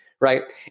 right